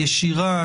ישירה,